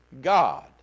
God